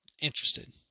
interested